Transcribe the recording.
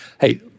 Hey